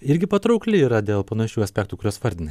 irgi patraukli yra dėl panašių aspektų kuriuos vardinai